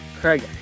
Craig